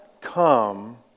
come